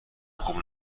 خوب